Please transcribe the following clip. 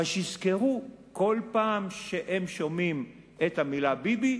אבל שיזכרו, כל פעם שהם שומעים את המלה "ביבי",